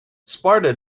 sparta